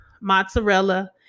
mozzarella